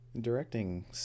directing